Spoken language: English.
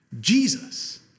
Jesus